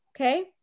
okay